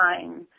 time